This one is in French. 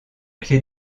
clefs